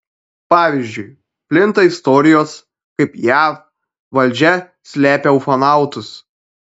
pavyzdžiui plinta istorijos kaip jav valdžia slepia ufonautus